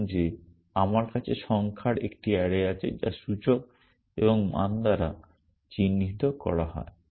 ধরুন যে আমার কাছে সংখ্যার একটি অ্যারে আছে যা সূচক এবং মান দ্বারা চিহ্নিত করা হয়